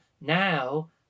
now